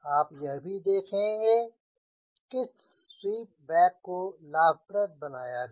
आप यह भी देखेंगे किस स्वीप बैक को लाभप्रद बनाया गया